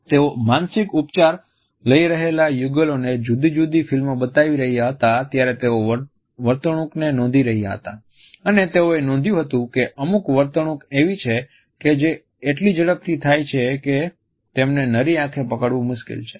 તેઓ માનસિક ઉપચાર લઈ રહેલા યુગલોને જુદી જુદી ફિલ્મો બતાવી રહ્યાં હતાં ત્યારે તેઓ વર્તણૂકને નોંધી રહ્યા હતા અને તેઓએ નોંધ્યું હતું કે અમુક વર્તણૂક એવી છે કે જે એટલી ઝડપથી થાય છે કે તેમને નરી આંખે પકડવું મુશ્કેલ હતું